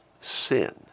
sin